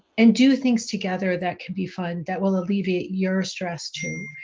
and do things together that could be fun that will alleviate your stress too,